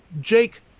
Jake